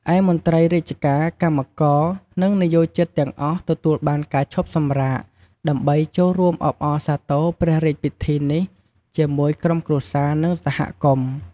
ឯ មន្ត្រីរាជការ កម្មករ និងនិយោជិតទាំងអស់ទទួលបានការឈប់សម្រាកដើម្បីចូលរួមអបអរសាទរព្រះរាជពិធីនេះជាមួយក្រុមគ្រួសារ និងសហគមន៍។